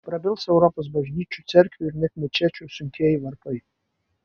prabils europos bažnyčių cerkvių ir net mečečių sunkieji varpai